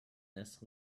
this